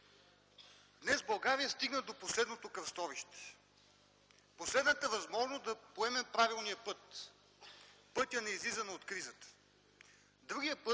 Днес България стигна до последното кръстовище, последната възможност да поемем по правилния път – пътят на излизане от кризата. Другият път,